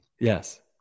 Yes